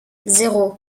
zéro